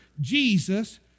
Jesus